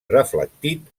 reflectit